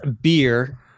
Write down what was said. beer